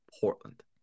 portland